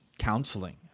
Counseling